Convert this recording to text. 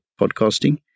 podcasting